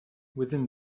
within